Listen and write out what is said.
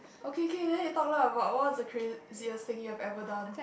okay okay then you talk lah about what's the craziest thing you have ever done